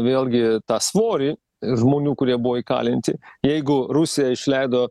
vėlgi tą svorį žmonių kurie buvo įkalinti jeigu rusija išleido